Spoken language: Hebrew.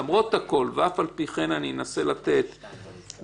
למרות הכול ואף על פי כן אני אנסה לתת לנציגים,